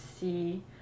see